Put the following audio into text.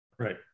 Right